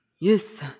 Yes